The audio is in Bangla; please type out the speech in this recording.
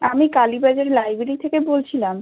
আমি কালী বাজার লাইব্রেরি থেকে বলছিলাম